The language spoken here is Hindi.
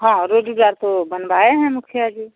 हाँ रोड ब्यार तो बनवाए हैं मुखिया जी